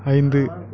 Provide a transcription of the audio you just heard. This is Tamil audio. ஐந்து